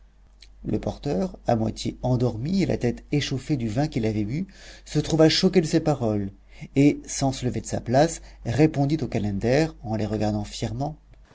le porteur à moitié endormi et la tête échauffée du vin qu'il avait bu se trouva choqué de ces paroles et sans se lever de sa place répondit aux calenders en les regardant fièrement